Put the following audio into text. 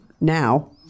Now